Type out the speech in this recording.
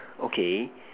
okay